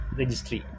registry